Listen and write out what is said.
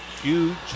huge